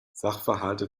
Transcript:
sachverhalte